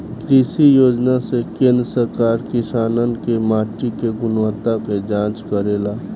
कृषि योजना से केंद्र सरकार किसानन के माटी के गुणवत्ता के जाँच करेला